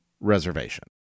reservation